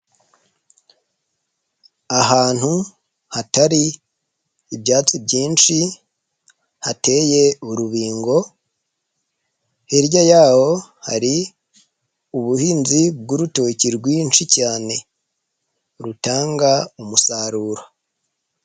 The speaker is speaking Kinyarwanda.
Ahantu hatari ibyatsi byinshi, hateye urubingo. Hirya yaho hari, ubuhinzi bw'urutoki rwinshi cyane. Rutanga umusaruro.